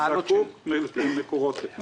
הוא זקוק למקורות לכך.